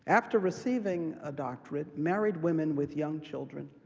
after receiving a doctorate, married women with young children,